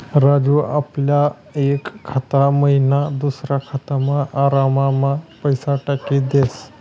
राजू आपला एक खाता मयीन दुसरा खातामा आराममा पैसा टाकी देस